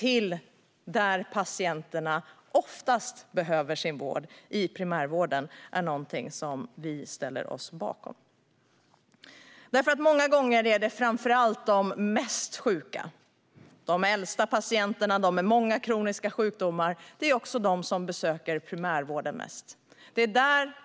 dit där patienterna oftast behöver sin vård, det vill säga primärvården, är någonting som vi ställer oss bakom eftersom det många gånger framför allt är de mest sjuka - de äldsta patienterna, de med många kroniska sjukdomar - som också besöker primärvården mest.